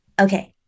Okay